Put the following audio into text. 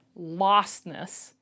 lostness